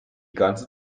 ganze